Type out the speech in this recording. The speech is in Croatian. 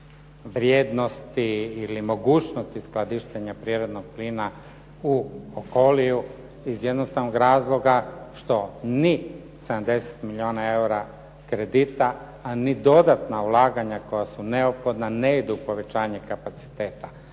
vrijednosti ili mogućnosti skladištenja prirodnog plina u Okoliju iz jednostavnog razloga što ni 70 milijuna eura kredita, ni dodatna ulaganja koja su neophodna ne idu u povećanje kapaciteta.